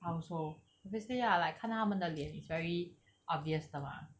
I also basically I like 看到他们的脸 it's very obvious 的吗